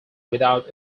without